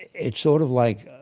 it's sort of like,